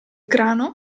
grano